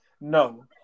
No